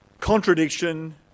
contradiction